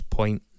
point